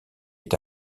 est